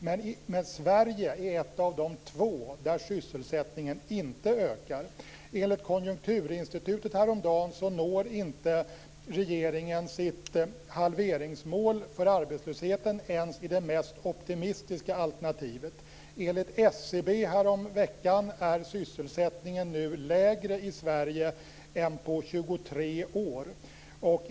Men Sverige är ett av de två länder där sysselsättningen inte ökar. Enligt Konjunkturinstitutets rapport häromdagen når inte regeringen sitt halveringsmål för arbetslösheten ens i det mest optimistiska alternativet. Enligt SCB är sysselsättningen nu lägre i Sverige än på 23 år.